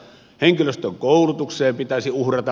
henkilöstön koulutukseen pitäisi uhrata